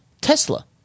Tesla